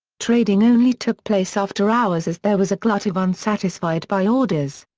trading only took place after hours as there was a glut of unsatisfied buy orders.